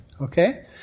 Okay